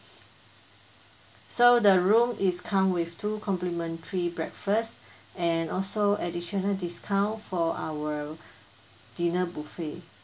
so the room is come with two complimentary breakfast and also additional discount for our dinner buffet